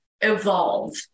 evolve